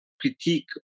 critique